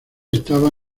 estaba